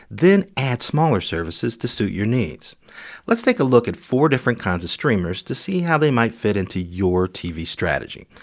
then add smaller services to suit your needs let's take a look at four different kinds of streamers to see how they might fit into your tv strategy.